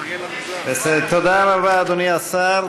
תודה רבה, אדוני השר.